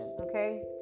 okay